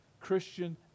Christian